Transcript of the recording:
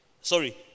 sorry